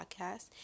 Podcast